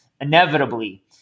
inevitably